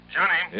Johnny